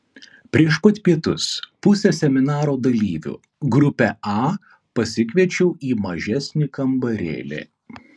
prieš pat pietus pusę seminaro dalyvių grupę a pasikviečiau į mažesnį kambarėlį